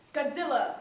Godzilla